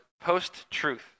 post-truth